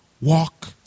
walk